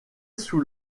sous